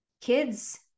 kids